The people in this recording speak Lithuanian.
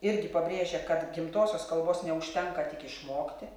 irgi pabrėžia kad gimtosios kalbos neužtenka tik išmokti